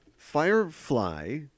Firefly